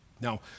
Now